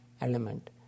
element